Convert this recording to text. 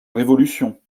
révolution